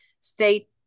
state